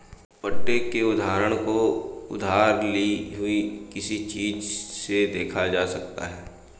पट्टे के उदाहरण को उधार ली हुई किसी चीज़ से देखा जा सकता है